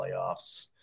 playoffs